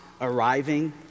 arriving